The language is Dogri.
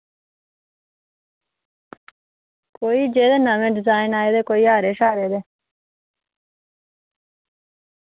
कोई जेह्दे नवें डिजाइन आए दे कोई हारे शारे दे